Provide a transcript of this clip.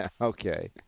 Okay